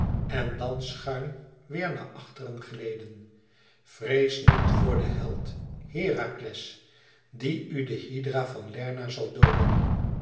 en dan schuin weêr naar achteren gleden vreest niet voor den held herakles die u de hydra van lerna zal dooden